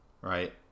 Right